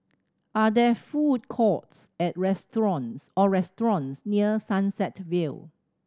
are there food courts at restaurants or restaurants near Sunset Vale